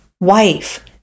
wife